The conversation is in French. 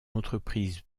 entreprise